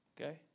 Okay